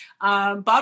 Bob